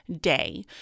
day